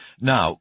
Now